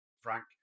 Frank